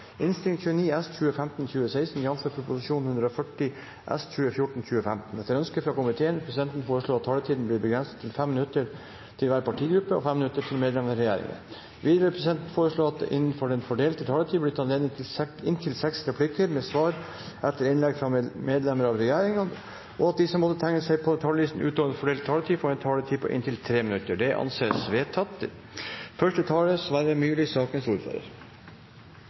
medlem av regjeringen. Videre vil presidenten foreslå at det blir gitt anledning til inntil seks replikker med svar etter innlegg fra medlemmer av regjeringen innenfor den fordelte taletid, og at de som måtte tegne seg på talerlisten utover den fordelte taletid, får en taletid på inntil 3 minutter. – Det anses vedtatt.